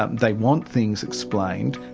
um they want things explained.